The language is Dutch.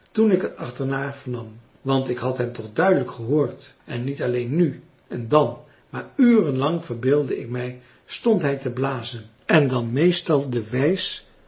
toen ik het achterna vernam want ik had hem toch duidelijk gehoord en niet alleen nu en dan maar uren lang verbeeldde ik mij stond hij te blazen en dan meestal françois haverschmidt familie en kennissen de wijs